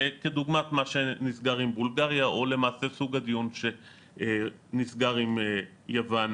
כדוגמת מה שנסגר עם בולגריה או סוג הדיון שנסגר עם יוון,